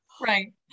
right